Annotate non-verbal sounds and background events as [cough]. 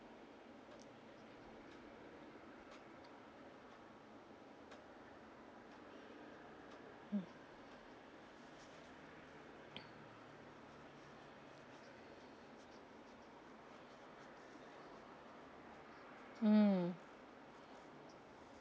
[noise] mm